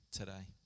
today